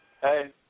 Hey